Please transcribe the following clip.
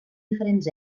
diferents